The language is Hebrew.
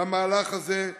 למהלך הזה,